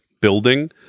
building